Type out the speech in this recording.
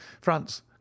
france